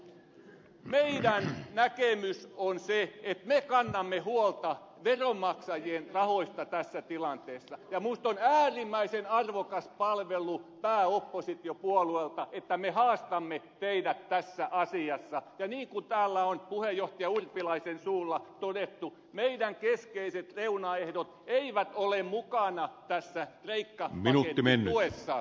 meidän näkemyksemme on se että me kannamme huolta veronmaksajien rahoista tässä tilanteessa ja minusta on äärimmäisen arvokas palvelu pääoppositiopuolueelta että me haastamme teidät tässä asiassa ja niin kuin täällä on puheenjohtaja urpilaisen suulla todettu meidän keskeiset reunaehtomme eivät ole mukana tässä kreikka pakettituessa